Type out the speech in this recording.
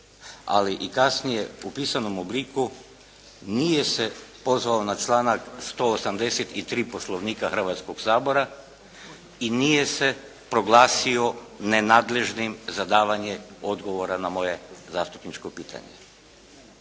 ali kasnije i u pisanom obliku nije se pozvao na članak 183. Poslovnika Hrvatskog sabora i nije se proglasio nenadležnim za davanje odgovora na moje zastupničko pitanje,